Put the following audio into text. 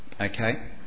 Okay